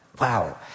Wow